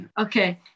Okay